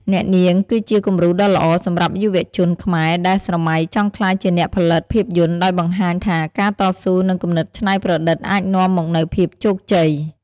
អ្នកនាងគឺជាគំរូដ៏ល្អសម្រាប់យុវជនខ្មែរដែលស្រមៃចង់ក្លាយជាអ្នកផលិតភាពយន្ត ដោយបង្ហាញថាការតស៊ូ និងគំនិតច្នៃប្រឌិតអាចនាំមកនូវភាពជោគជ័យ។